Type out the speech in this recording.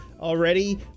already